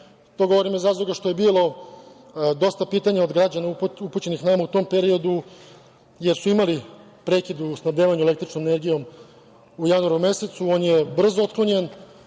govorim iz razloga što je bilo dosta pitanja od građana upućenih nama u tom periodu, jer su imali prekid u snabdevanju električnom energijom u januaru mesecu. On je brzo otklonjen